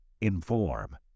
inform